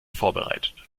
vorbereitet